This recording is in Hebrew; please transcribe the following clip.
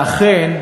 ואכן,